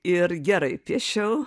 ir gerai piešiau